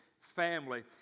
family